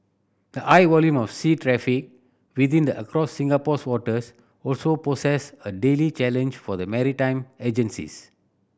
the high volume of sea traffic within the across Singapore's waters also poses a daily challenge for the maritime agencies